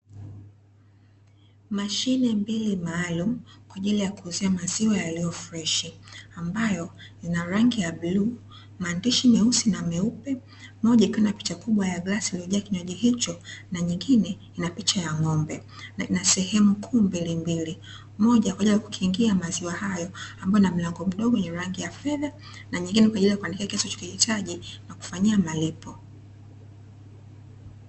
Mashine mbili maalumu kwaajili ya kuuzia maziwa yaliyo freshi, ambayo ina rangi ya bluu maandishi meupe na meusi, moja ikiwa na picha ya glasi iliyo jaa kinywaji hicho nyingine ina picha ya ng'ombe ina sehemu kuu mbili mbili, moja ya kukingia maziwa hayo ambayo ina mlango mdogo wenye rangi ya fedha na nyingine kwaajili ya kuandikia kiasi unachokihitaji na kufanyia malipo.